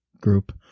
group